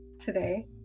today